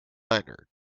niner